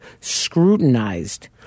scrutinized